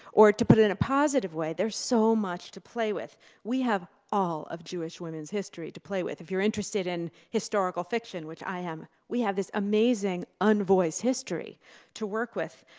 or to put it in a positive way, there's so much to play with we have all of jewish women's history to play with. if you're interested in historical fiction, which i am, we have this amazing unvoice history to work with.